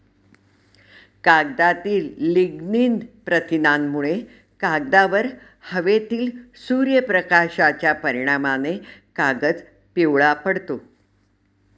कागदातील लिग्निन प्रथिनांमुळे, कागदावर हवेतील सूर्यप्रकाशाच्या परिणामाने कागद पिवळा पडतो